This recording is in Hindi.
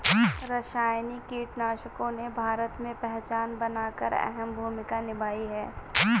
रासायनिक कीटनाशकों ने भारत में पहचान बनाकर अहम भूमिका निभाई है